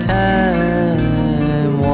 time